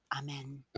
Amen